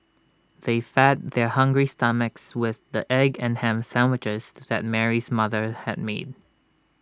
they fed their hungry stomachs with the egg and Ham Sandwiches that Mary's mother had made